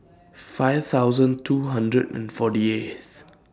five thousand two hundred and forty eighth